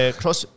cross